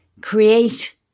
create